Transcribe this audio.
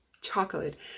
chocolate